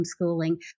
homeschooling